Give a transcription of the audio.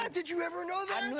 ah did you ever know that? and